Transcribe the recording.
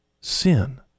sin